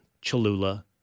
Cholula